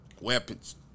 Weapons